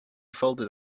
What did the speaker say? folded